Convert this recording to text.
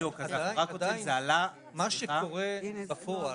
מה שקרה בפועל,